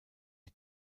die